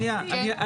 כן.